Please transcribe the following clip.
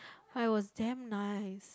I was damn nice